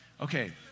Okay